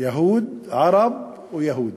( ערבים ויהודים.)